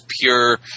pure